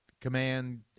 command